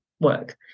work